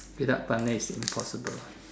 without money is impossible